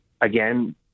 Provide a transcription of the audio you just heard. again